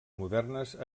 modernes